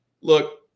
look